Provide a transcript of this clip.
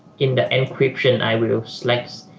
in the encryption, i will select